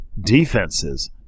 defenses